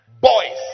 boys